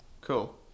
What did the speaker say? Cool